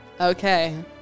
Okay